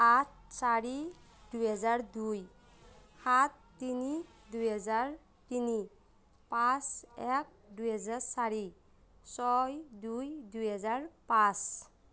আঠ চাৰি দুই হাজাৰ দুই সাত তিনি দুই হাজাৰ তিনি পাঁচ এক দুই হাজাৰ চাৰি ছয় দুই দুই হাজাৰ পাঁচ